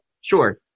Sure